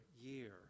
year